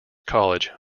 college